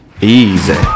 easy